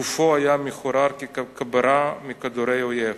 גופו היה מחורר ככברה מכדורי אויב.